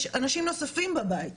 יש אנשים נוספים בבית,